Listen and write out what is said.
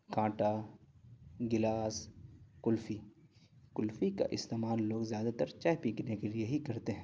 کانٹا گلاس قلفی قلفی کا استعمال لوگ زیادہ تر چائے پینے کے لیے ہی کرتے ہیں